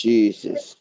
Jesus